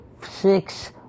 six